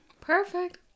Perfect